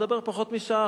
אדבר פחות משעה.